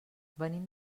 venim